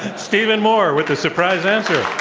stephen moore with a surprise answer.